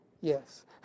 Yes